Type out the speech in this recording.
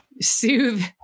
soothe